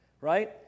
right